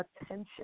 attention